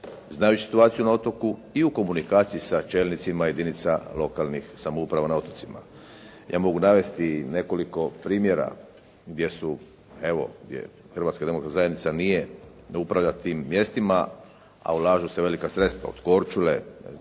znajući situaciju na otoku i u komunikaciji sa čelnicima jedinica lokalnih samouprava na otocima. Ja mogu navesti i nekoliko primjera gdje su evo, gdje Hrvatska demokratska zajednica nije upravljala tim mjestima, a ulažu se velika sredstva od Korčule, ne znam